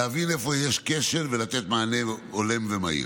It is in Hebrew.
להבין איפה יש כשל ולתת מענה הולם ומהיר.